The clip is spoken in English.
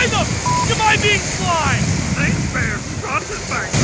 k am i being slimed? saints-bears is brought to us by